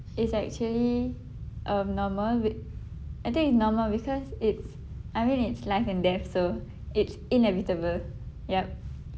it's actually uh normal wi~ I think it's normal because it's I mean it's life and death so it's inevitable yup